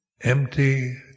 Empty